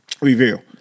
reveal